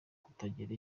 kutagira